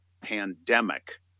pandemic